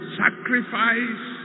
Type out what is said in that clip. sacrifice